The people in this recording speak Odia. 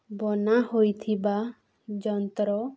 ବନା ହୋଇଥିବା ଯନ୍ତ୍ର